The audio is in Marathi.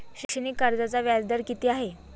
शैक्षणिक कर्जाचा व्याजदर किती आहे?